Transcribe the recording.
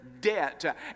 debt